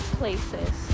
places